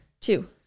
Two